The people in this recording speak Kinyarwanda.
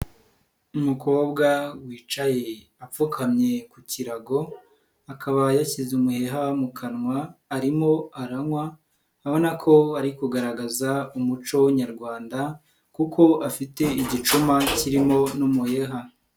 Umukobwa wicaye apfukamye ku kirago akaba yasize umuheha mu kanwa arimo aranywa urabona ko ari kugaragaza umuco nyarwanda kuko afite igicuma kirimo n'umuheha.